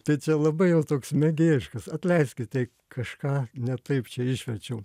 tai čia labai jau toks mėgėjiškas atleiskite kažką ne taip čia išmečiau